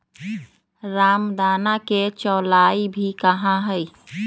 रामदाना के चौलाई भी कहा हई